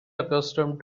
accustomed